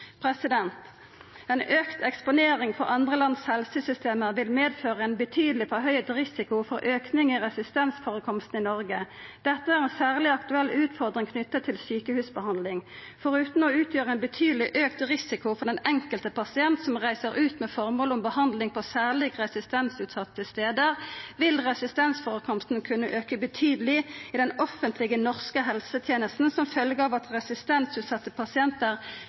eksponering for andre lands helsesystem vil medføra betydeleg høgare risiko for ein auke i resistensførekomsten i Noreg. Dette er ei særleg aktuell utfordring knytt til sjukehusbehandling. Forutan å utgjera ein betydeleg auka risiko for den enkelte pasient som reiser ut med føremål om behandling på særleg resistensutsette stader, vil resistensførekomsten kunne auka betydeleg i den offentlege norske helsetenesta som følgje av at resistensutsette pasientar